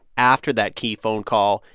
after that key phone call,